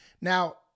Now